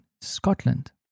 Scotland